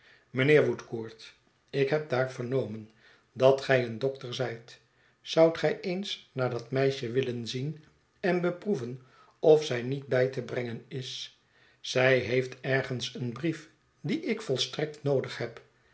mijnheer woodcourt ik heb daar vernomen dat gij een dokter zijt zoudt gij eens naar dat meisje willen zien en beproeven of zij niet bij te brengen is zij heeft ergens een brief dien ik volstrekt noodig heb